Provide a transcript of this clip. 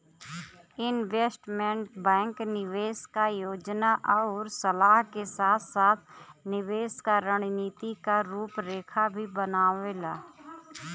investment bank निवेश क योजना आउर सलाह के साथ साथ निवेश क रणनीति क रूपरेखा भी बनावेला